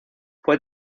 fue